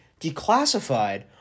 declassified